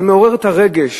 זה מעורר את הרגש,